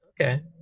Okay